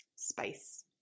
Space